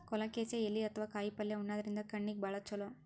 colocasia ಎಲಿ ಅಥವಾ ಕಾಯಿಪಲ್ಯ ಉಣಾದ್ರಿನ್ದ ಕಣ್ಣಿಗ್ ಭಾಳ್ ಛಲೋ